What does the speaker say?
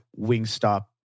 Wingstop